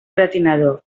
gratinador